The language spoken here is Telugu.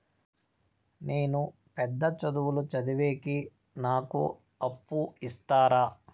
నేను పెద్ద చదువులు చదివేకి నాకు అప్పు ఇస్తారా